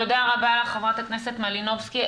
תודה רבה, חברת הכנסת מלינובסקי.